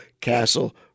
castle